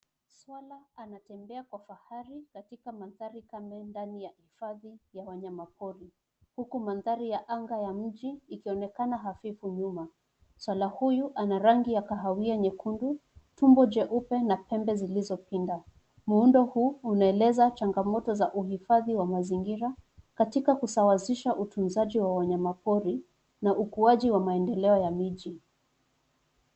Swala anatembea kwa fahari katika mandhari kama ndani ya hifadhi ya wanyama pori huku mandhari ya anga ya mji ikionekana hafifu nyuma. Swala huyu ana rangi ya kahawia nyekundu, tumbo jeupe na pembe zilizopinda. Muundo huu unaeleza changamoto za uhifadhi wa mazingira katika kusawazisha utunzaji wa wanyama pori na ukuaji wa maendeleo ya miji.